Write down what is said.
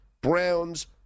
Browns